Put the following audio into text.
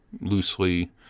loosely